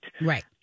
Right